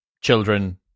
children